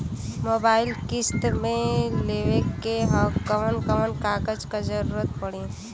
Mobile किस्त मे लेवे के ह कवन कवन कागज क जरुरत पड़ी?